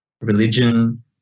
religion